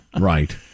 Right